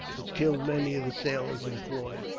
which killed many of the sailors employed.